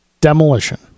Demolition